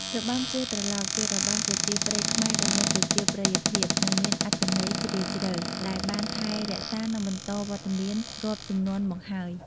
របាំគោះត្រឡោក ជារបាំប្រជាប្រិយខ្មែរដ៏មានប្រជាប្រិយភាព និងមានអត្ថន័យជ្រាលជ្រៅ ដែលបានថែរក្សា និងបន្តវត្តមានរាប់ជំនាន់មកហើយ។